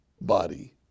body